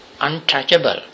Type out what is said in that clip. untouchable